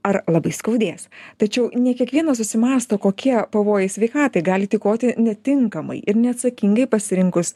ar labai skaudės tačiau ne kiekvienas susimąsto kokie pavojai sveikatai gali tykoti netinkamai ir neatsakingai pasirinkus